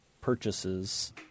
purchases